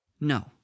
No